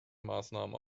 maßnahmen